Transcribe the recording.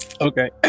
Okay